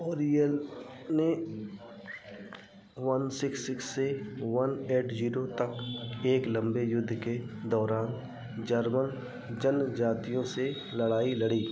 ऑरेयल ने one six six से one eight zero तक एक लम्बे युद्ध के दौरान जर्मन जनजातियों से लड़ाई लड़ी